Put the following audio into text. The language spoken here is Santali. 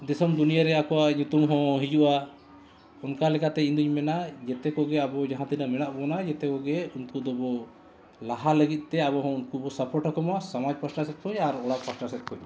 ᱫᱤᱥᱚᱢ ᱫᱩᱱᱤᱭᱟᱹ ᱨᱮ ᱟᱠᱚᱣᱟᱜ ᱧᱩᱛᱩᱢ ᱦᱚᱸ ᱦᱤᱡᱩᱜᱼᱟ ᱚᱱᱠᱟ ᱞᱮᱠᱟᱛᱮ ᱤᱧᱫᱩᱧ ᱢᱮᱱᱟ ᱡᱷᱚᱛᱚ ᱠᱚᱜᱮ ᱟᱵᱚ ᱡᱟᱦᱟᱸ ᱛᱤᱱᱟᱹᱜ ᱢᱮᱱᱟᱜ ᱵᱚᱱᱟ ᱡᱷᱚᱛᱚ ᱠᱚᱜᱮ ᱩᱱᱠᱩ ᱫᱚᱵᱚᱱ ᱞᱟᱦᱟ ᱞᱟᱹᱜᱤᱫ ᱛᱮ ᱟᱵᱚ ᱦᱚᱸ ᱩᱱᱠᱩ ᱵᱚᱱ ᱥᱟᱯᱳᱴ ᱟᱠᱚᱢᱟ ᱥᱚᱢᱟᱡᱽ ᱯᱟᱦᱴᱟ ᱥᱮᱡ ᱠᱷᱚᱱ ᱟᱨ ᱚᱲᱟᱜ ᱯᱟᱦᱴᱟ ᱥᱮᱡ ᱠᱷᱚᱱ ᱦᱚᱸ